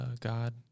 God